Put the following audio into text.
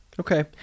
Okay